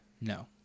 no